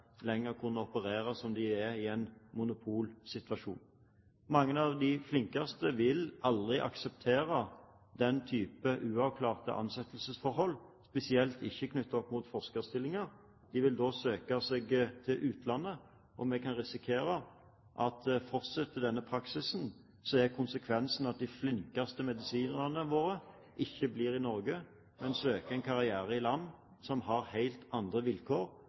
lenger kunne operere som om de er i en monopolsituasjon. Mange av de flinkeste vil aldri akseptere den type uavklarte ansettelsesforhold, spesielt ikke knyttet opp mot forskerstillinger. De vil da søke seg til utlandet, og vi kan risikere at fortsetter denne praksisen, er konsekvensen at de flinkeste medisinerne våre ikke blir i Norge, men søker en karriere i land som har helt andre vilkår